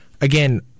Again